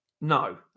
No